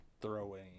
throwing